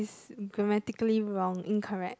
grammatically wrong incorrect